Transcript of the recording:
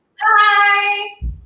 Hi